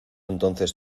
entonces